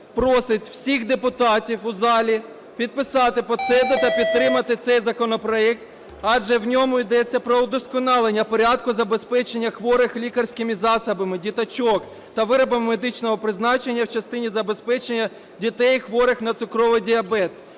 просить всіх депутатів у залі підписати по СEДO та підтримати цей законопроект, адже в ньому йдеться про удосконалення порядку забезпечення хворих лікарськими засобами, діточок, та виробами медичного призначення в частині забезпечення дітей, хворих на цукровий діабет.